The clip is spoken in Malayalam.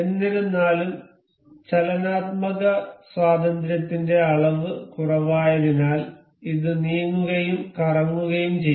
എന്നിരുന്നാലും ചലനാത്മക സ്വാതന്ത്ര്യത്തിന്റെ അളവ് കുറവായതിനാൽ ഇത് നീങ്ങുകയും കറങ്ങുകയും ചെയ്യും